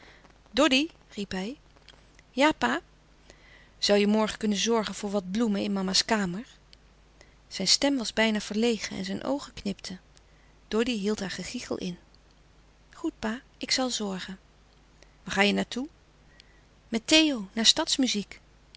riep hij ja pa zoû je morgen kunnen zorgen voor wat bloemen in mama's kamer zijn stem was bijna verlegen en zijn oogen knipten doddy hield haar gegichel in goed pa ik zal zorgen waar ga je naar toe met theo